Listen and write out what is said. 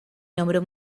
nombró